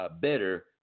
better